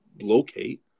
locate